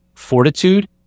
fortitude